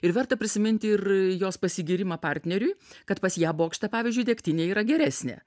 ir verta prisiminti ir jos pasigyrimą partneriui kad pas ją bokšte pavyzdžiui degtinė yra geresnė